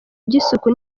by’isuku